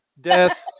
death